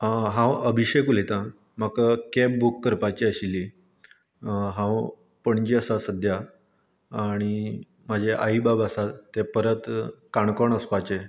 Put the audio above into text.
हांव अभिषेक उलयता म्हाका कॅब बूक करपाची आशिल्ली हांव पणजे आसा सद्या आनी म्हजे आई बाब आसात ते परत काणकोण वचपाचे